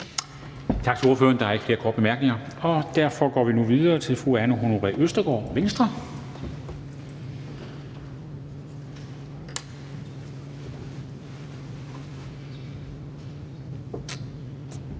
Tak til ordføreren. Der er ikke flere korte bemærkninger. Derfor går vi nu videre til fru Anne Honoré Østergaard, Venstre. Kl.